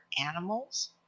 animals